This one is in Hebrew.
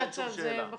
אין שום שאלה.